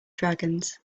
dragons